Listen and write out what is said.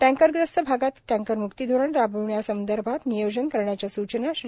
टँकरग्रस्त भागात टँकरमुक्ती धोरण राबविण्यासंदर्भात नियोजन करण्याच्या सूचना श्री